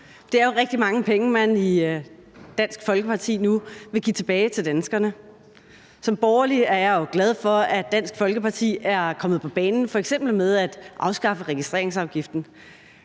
Det er jo rigtig mange penge, man i Dansk Folkeparti nu vil give tilbage til danskerne. Som borgerlig er jeg glad for, at Dansk Folkeparti er kommet på banen, f.eks. med at afskaffe registreringsafgiften.